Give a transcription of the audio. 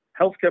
Healthcare